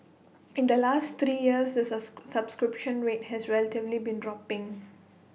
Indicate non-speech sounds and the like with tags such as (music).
(noise) in the last three years the (unintelligible) subscription rate has relatively been dropping